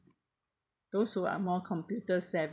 those who are more computer-sav~